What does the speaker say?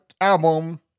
album